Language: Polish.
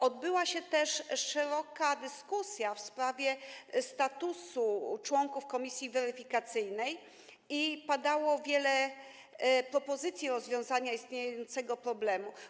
Odbyła się też szeroka dyskusja w sprawie statusu członków komisji weryfikacyjnej, padało wiele propozycji rozwiązania istniejącego problemu.